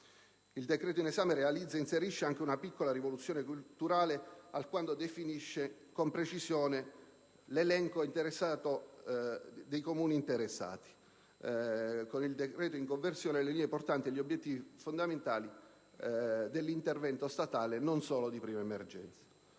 Il decreto in esame promuove anche una piccola rivoluzione culturale, quando definisce con precisione l'elenco dei Comuni interessati, le linee portanti e gli obiettivi fondamentali dell'intervento statale, non solo di prima emergenza.